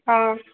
हा